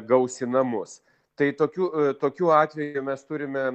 gaus į namus tai tokių tokių atvejų mes turime